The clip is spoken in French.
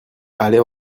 aller